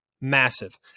massive